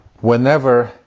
whenever